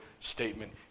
statement